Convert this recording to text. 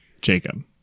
Jacob